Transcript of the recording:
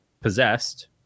possessed